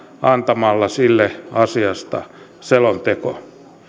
antamalla sille asiasta selonteko